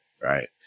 right